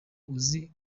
uzi